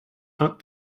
hunt